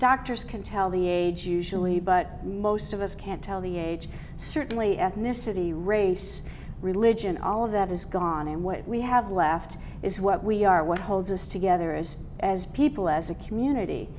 structures can tell the age usually but most of us can't tell the age certainly ethnicity race religion all of that is gone and what we have left is what we are what holds us together as as people as a community